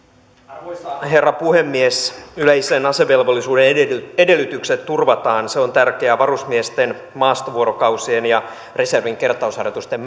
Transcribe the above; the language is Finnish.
arvoisa herra puhemies yleisen asevelvollisuuden edellytykset edellytykset turvataan se on tärkeää varusmiesten maastovuorokausien ja reservin kertausharjoitusten